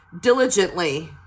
diligently